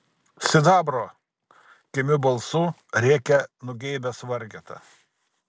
sidabro kimiu balsu rėkia nugeibęs vargeta